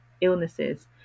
illnesses